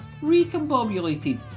Recombobulated